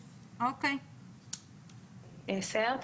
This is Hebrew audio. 10. ביטול.